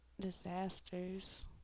disasters